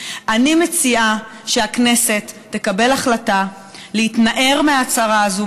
אני מציעה שהכנסת תקבל החלטה להתנער מההצהרה הזאת,